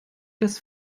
das